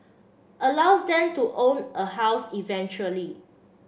allows them to own a house eventually